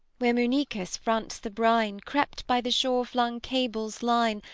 where munychus fronts the brine, crept by the shore-flung cables' line,